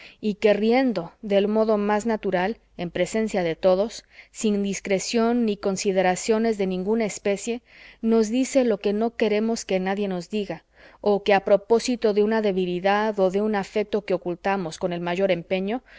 y que riendo del modo más natural en presencia de todos sin discreción ni consideraciones de ninguna especie nos dice lo que no queremos que nadie nos diga o que a propósito de una debilidad o de un afecto que ocultamos con el mayor empeño